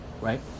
right